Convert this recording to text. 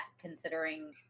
considering